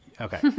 okay